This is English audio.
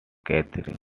catherine